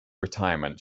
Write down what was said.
retirement